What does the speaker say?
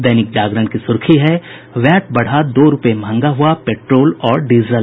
दैनिक जागरण की सुर्खी है वैट बढ़ा दो रूपये महंगा हुआ पेट्रोल और डीजल